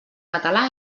català